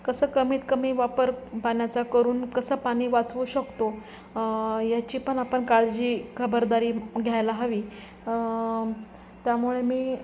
कसं कमीत कमी वापर पाण्याचा करून कसं पाणी वाचवू शकतो याची पण आपण काळजी खबरदारी घ्यायला हवी त्यामुळे मी